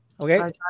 Okay